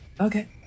Okay